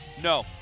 No